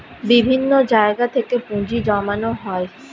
বিভিন্ন জায়গা থেকে পুঁজি জমানো হয়